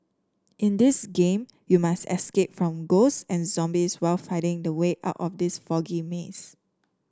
in this game you must escape from ghosts and zombies while finding the way out of this foggy maze